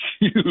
huge